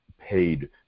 paid